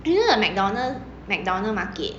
you know the Mcdonald Mcdonald market